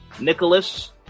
nicholas